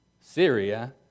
Syria